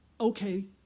Okay